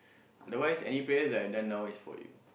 otherwise any prayers that I've done now is for you